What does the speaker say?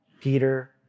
Peter